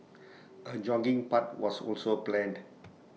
A jogging path was also planned